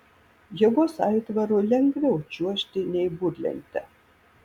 jėgos aitvaru lengviau čiuožti nei burlente